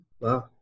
Wow